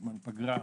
בזמן פגרה,